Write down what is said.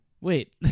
wait